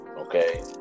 Okay